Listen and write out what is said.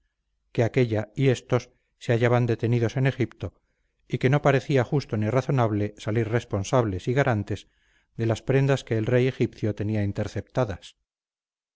que aquella y éstos se hallaban detenidos en egipto y que no parecía justo ni razonable salir responsables y garantes de las prendas que el rey egipcio tenía interceptadas